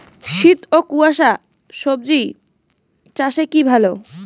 শীত ও কুয়াশা স্বজি চাষে কি ভালো?